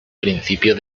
principio